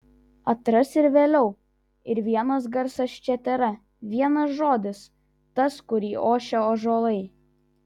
atras ir vėliau ir vienas garsas čia tėra vienas žodis tas kurį ošia ąžuolai